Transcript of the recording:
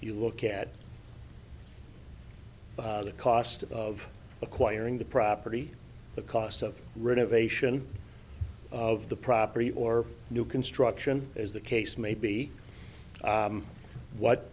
you look at the cost of acquiring the property the cost of rid of ation of the property or new construction as the case may be what